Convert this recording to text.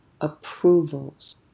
approvals